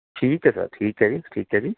ਠੀਕ ਹੈ ਸਰ ਠੀਕ ਹੈ ਜੀ ਠੀਕ ਹੈ ਜੀ